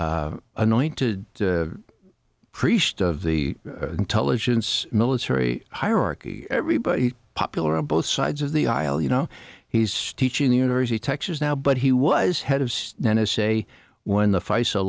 mn anointed priest of the intelligence military hierarchy everybody popular on both sides of the aisle you know he's stitching university of texas now but he was head of n s a when the